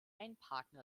einparken